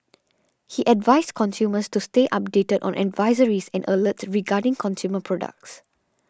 he advised consumers to stay updated on advisories and alerts regarding consumer products